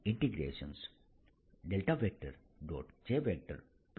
J∂ρ∂tdV0 આપે છે